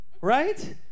Right